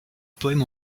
poème